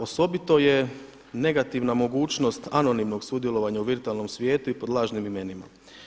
Osobito je negativna mogućnost anonimnog sudjelovanja u virtualnom svijetu i pod lažnim imenima.